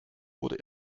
wurde